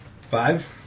Five